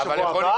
שבוע הבא